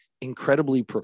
incredibly